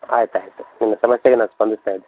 ಆಯ್ತು ಆಯಿತು ನಿಮ್ಮ ಸಮಸ್ಯೆಗೆ ನಾನು ಸ್ಪಂದಿಸ್ತಾ ಇದೇನೆ